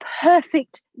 perfect